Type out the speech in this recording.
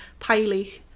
Piley